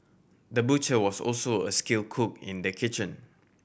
the butcher was also a skill cook in the kitchen